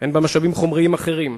ואין בה משאבים חומריים אחרים.